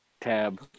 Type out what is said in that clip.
tab